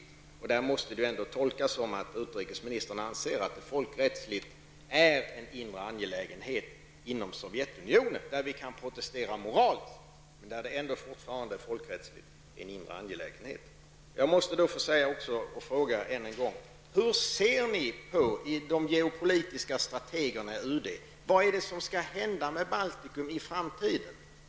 Vad utrikesministern sade måste ändå tolkas så, att han anser att det folkrättsligt är en inre angelägenhet för Sovjetunionen. Vi kan protestera moraliskt, men det är ändå folkrättsligt en inre angelägenhet. Jag måste än en gång fråga: Hur ser de geopolitiska strategerna i UD på vad som skall hända med Baltikum i framtiden?